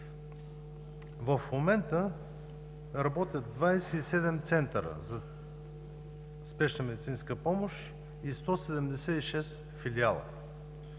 В момента работят 27 центъра за спешна медицинска помощ и 176 филиала.